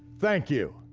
thank you.